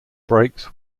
brakes